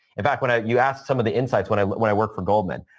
in fact, when ah you asked some of the insights when i when i worked for goldman,